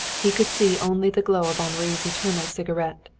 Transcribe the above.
he could see only the glow of henri's eternal cigarette.